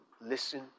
listen